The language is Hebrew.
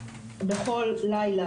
בכל לילה,